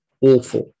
awful